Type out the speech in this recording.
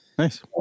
Nice